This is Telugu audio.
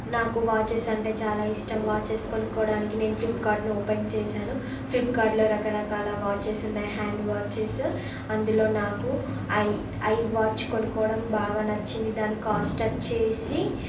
నాకు వాచెస్ అంటే చాలా ఇష్టం వాచెస్ కొనుక్కోవడానికి నేను ఫ్లిప్కార్ట్ని ఓపెన్ చేశాను ఫ్లిప్కార్ట్లో రకరకాల వాచెస్ ఉన్నాయి హ్యాండ్ వాచెస్ అందులో నాకు ఐ ఐ వాచ్ కొనుక్కోవడం బాగా నచ్చింది దాని కాస్ట్ వచ్చేసి